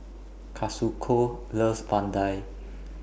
Kazuko loves Vadai